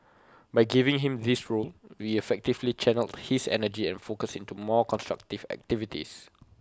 by giving him this role we effectively channelled his energy and focus into more constructive activities